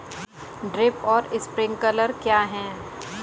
Drip और sprinkler क्या हैं?